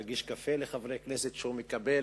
להגיש קפה לחברי כנסת שהוא מקבל